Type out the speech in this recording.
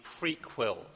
prequel